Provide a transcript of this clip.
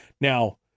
Now